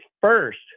first